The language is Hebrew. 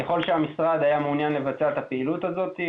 ככל שהמשרד היה מעוניין לבצע את הפעילות הזאת,